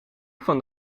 van